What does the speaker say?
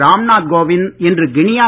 ராம்நாத் கோவிந்த் இன்று கினியா